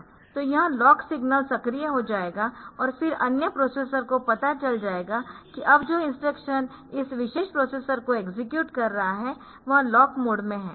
तो यह lock signal सक्रिय हो जाएगा और फिर अन्य प्रोसेसर को पता चल जाएगा कि अब जो इंस्ट्रक्शन इस विशेष प्रोसेसर को एक्सेक्यूट कर रहा है वह लॉक मोड में है